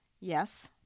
Yes